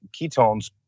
ketones